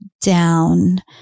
down